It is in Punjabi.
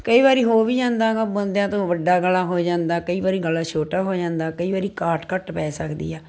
ਕਈ ਵਾਰੀ ਹੋ ਵੀ ਜਾਂਦਾ ਹੈਗਾ ਬੁਣਦਿਆਂ ਤੋਂ ਵੱਡਾ ਗਲਾ ਹੋ ਜਾਂਦਾ ਕਈ ਵਾਰੀ ਗਲਾ ਛੋਟਾ ਹੋ ਜਾਂਦਾ ਕਈ ਵਾਰੀ ਕਾਟ ਘੱਟ ਪੈ ਸਕਦੀ ਆ